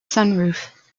sunroof